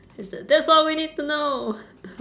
it's that that's all we need to know